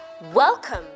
Welcome